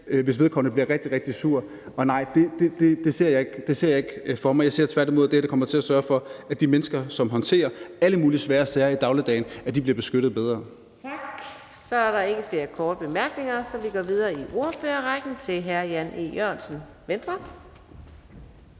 at vedkommende vil blive rigtig, rigtig sur, og nej, det ser jeg ikke for mig. Jeg ser det tværtimod sådan, at man kommer til at sørge for, at de mennesker, som håndterer alle mulige svære sager i dagligdagen, bliver beskyttet bedre. Kl. 15:26 Fjerde næstformand (Karina Adsbøl): Tak. Så er der ikke flere korte bemærkninger. Så vi går videre i ordførerrækken til hr. Jan E. Jørgensen, Venstre.